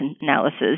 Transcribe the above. analysis